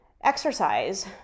exercise